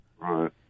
Right